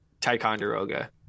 Ticonderoga